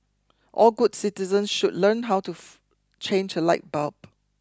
all good citizens should learn how to change a light bulb